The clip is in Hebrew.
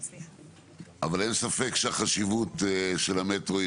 אבל אין ספק שהחשיבות של המטרו היא